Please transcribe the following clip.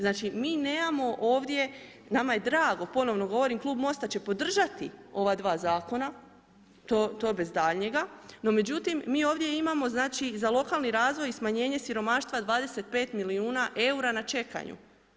Znači mi nemamo ovdje, nama je drago, ponovno govorim klub MOST-a će podržati ova dva zakona, to bez daljnjega no međutim, mi ovdje imamo za lokalni razvoj i smanjenje siromaštva 25 milijuna eura na čekanju.